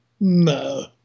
No